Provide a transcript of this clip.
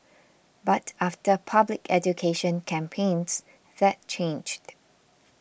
but after public education campaigns that changed